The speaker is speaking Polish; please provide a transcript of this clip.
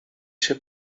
się